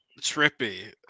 Trippy